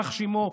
יימח שמו,